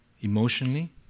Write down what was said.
emotionally